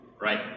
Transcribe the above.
right